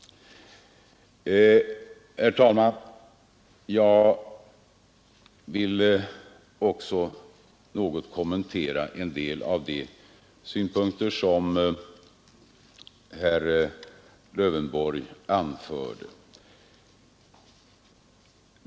Herr talman! Jag vill också något kommentera en del av de synpunkter som herr Lövenborg anförde.